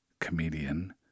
comedian